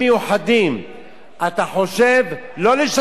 אתה חושב לא לשנות החלטה של בית-משפט,